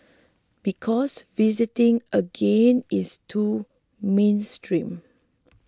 because visiting again is too mainstream